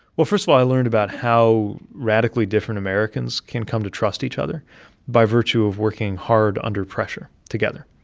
well, first of all, i learned about how radically different americans can come to trust each other by virtue of working hard under pressure together.